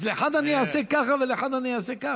אז לאחד אני אעשה ככה ולאחד אני אעשה ככה?